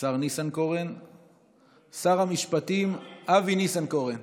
שר המשפטים אבי ניסנקורן,